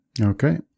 Okay